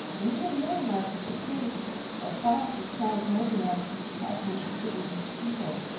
an even more remarkable case of powerful stones mobilized to spy upon the city and its people,